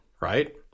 Right